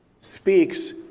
speaks